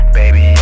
baby